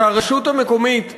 שהרשות המקומית עשירה,